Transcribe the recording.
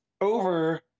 over